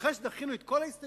אחרי שדחינו את כל ההסתייגויות